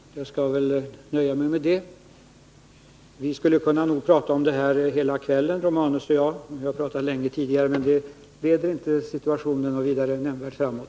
Gabriel Romanus och jag skulle kunna prata om det här hela kvällen, men det för inte frågan något nämnvärt framåt.